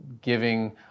giving